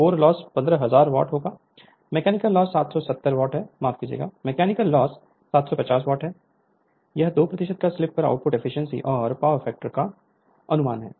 core loss 15000 watt होगा mechanical loss 750 watt है यह 2 की स्लिप पर आउटपुट एफिशिएंसी और पावर फैक्टर का अनुमान है